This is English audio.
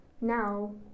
now